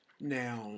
Now